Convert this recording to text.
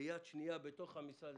ויד שנייה בתוך המשרד,